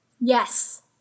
Yes